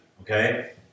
okay